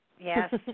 Yes